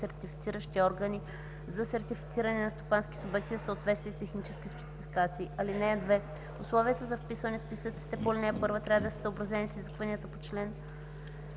сертифициращи органи за сертифициране на стопански субекти за съответствие с технически спецификации. (2) Условията за вписване в списъците по ал. 1 трябва да са съобразени с изискванията на чл.